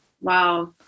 Wow